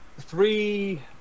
three